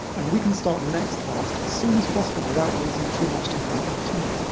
and we can start the next task as soon as possible without losing too much time in between.